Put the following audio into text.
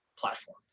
platform